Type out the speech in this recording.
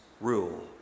rule